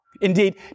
Indeed